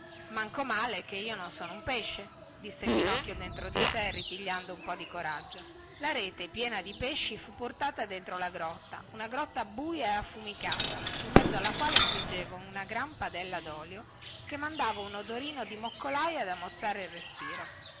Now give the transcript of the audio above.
manco male che io non sono un pesce disse pinocchio dentro di sé ripigliando un po di coraggio la rete piena di pesci fu portata dentro la grotta una grotta buia e affumicata in mezzo alla quale friggeva una gran padella dolio che mandava un odorino di moccolaia da mozzare il respiro